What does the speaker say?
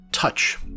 touch